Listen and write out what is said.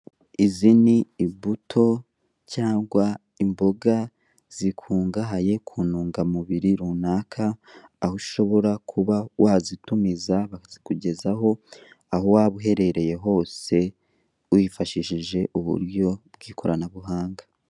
Izi ni imbuto cyangwa imboga zikungahaye ku ntungamubiri runaka aho ushobora kuba wazitumiza bakazikugezaho aho waba uherereye hose wifashishije uburyo bw'ikoranabuhanga.